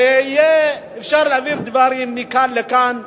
שיהיה אפשר להעביר דברים מכאן לכאן,